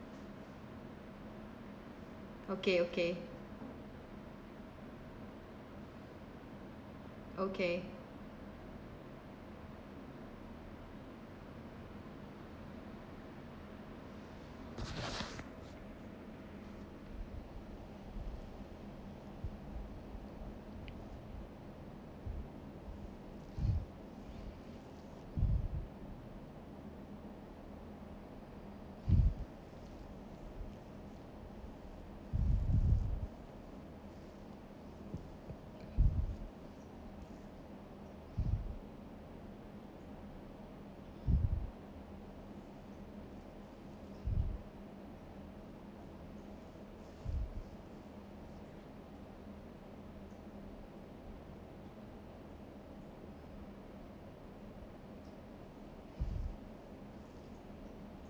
okay okay okay